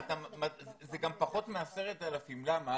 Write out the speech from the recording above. זה גם פחות מ-10,000, למה?